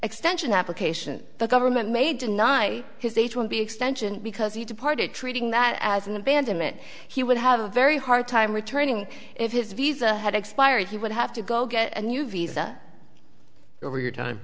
extension application the government may deny his h one b extension because he departed treating that as an abandonment he would have a very hard time returning if his visa had expired he would have to go get a new visa your time